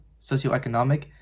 socioeconomic